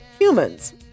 humans